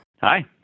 Hi